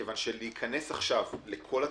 כיוון שלהיכנס עכשיו לכל התפריט,